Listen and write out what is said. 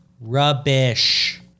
Rubbish